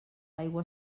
aigua